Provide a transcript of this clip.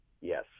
Yes